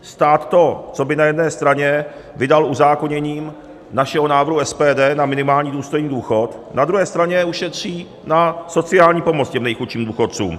Stát to, co by na jedné straně vydal uzákoněním našeho návrhu SPD na minimální důstojný důchod, na druhé straně ušetří na sociální pomoc těm nejchudším důchodcům.